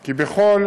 כי בכל